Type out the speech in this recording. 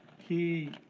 he